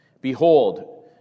Behold